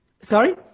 Sorry